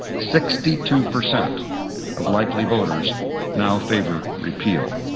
sixty two percent of likely voters now favor repeal.